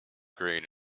green